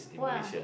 !wah!